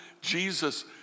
Jesus